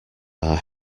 are